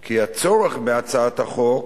כי הצורך בהצעת החוק